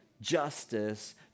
justice